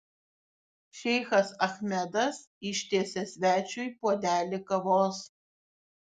šeichas achmedas ištiesia svečiui puodelį kavos